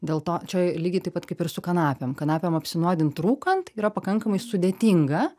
dėl to čia lygiai taip pat kaip ir su kanapėm kanapėm apsinuodint rūkant yra pakankamai sudėtinga